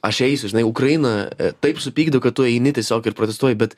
aš eisiu žinai ukraina taip supykdo kad tu eini tiesiog ir protestuoji bet